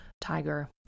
Tiger